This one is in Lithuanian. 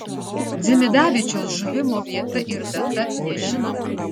dzimidavičiaus žuvimo vieta ir data nežinoma